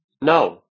No